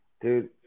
dude